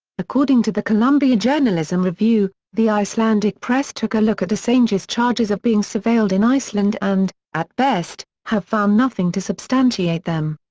according to the columbia journalism review, the icelandic press took a look at assange's charges of being surveilled in iceland and, at best, have found nothing to substantiate them.